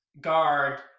guard